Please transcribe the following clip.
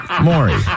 Maury